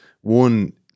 one